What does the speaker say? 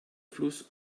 fluss